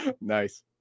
Nice